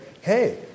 hey